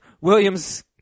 Williams